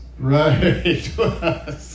Right